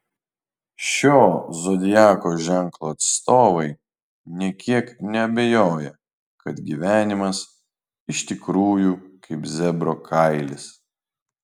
šio zodiako ženklo atstovai nė kiek neabejoja kad gyvenimas iš tikrųjų kaip zebro kailis